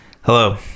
Hello